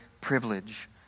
privilege